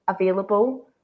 available